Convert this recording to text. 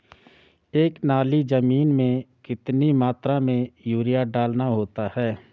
एक नाली जमीन में कितनी मात्रा में यूरिया डालना होता है?